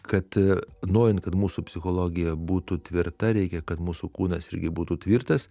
kad norint kad mūsų psichologija būtų tvirta reikia kad mūsų kūnas irgi būtų tvirtas